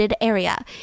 area